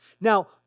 Now